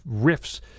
riffs